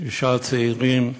שישה צעירים,